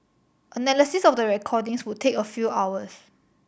analysis of the recordings would take a few hours